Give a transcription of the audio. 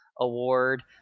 award